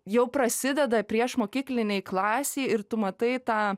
jau prasideda priešmokyklinėj klasėj ir tu matai tą